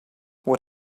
what